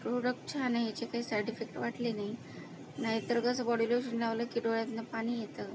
product छान आहे याचे काय साइड इफेक्ट वाटले नाही नाही तर कसं बॉडी लोशन लावलं की डोळ्यातनं पाणी येतं